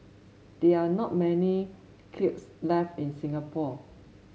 there are not many kilns left in Singapore